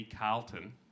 Carlton